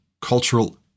cultural